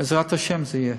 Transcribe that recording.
בעזרת השם זה יהיה.